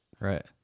right